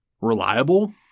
reliable